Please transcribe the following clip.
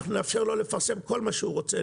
נאפשר לו לפרסם כל מה שהוא רוצה,